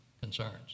concerns